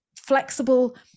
flexible